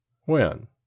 When